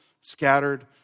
scattered